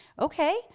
okay